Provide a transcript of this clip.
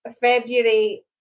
February